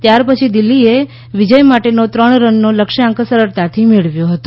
ત્યારપછી દિલ્ફીએ વિજય માટેનો ત્રણ રનનો લક્ષ્યાંક સરળતાથી મેળવ્યો હતો